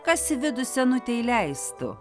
kas į vidų senutę įleistų